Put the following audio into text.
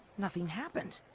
nothing happened.